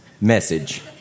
message